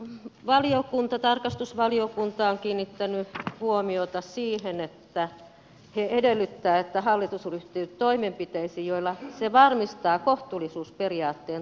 myös tarkastusvaliokunta on kiinnittänyt huomiota siihen ja edellyttää että hallitus ryhtyy toimenpiteisiin joilla se varmistaa kohtuullisuusperiaatteen toteutumisen